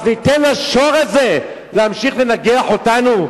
אז ניתן לשור את זה להמשיך לנגח אותנו,